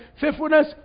Faithfulness